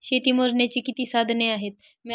शेती मोजण्याची किती साधने आहेत?